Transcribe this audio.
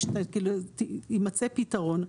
יימצא פתרון.